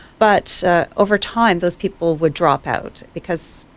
but over time those people would drop out because,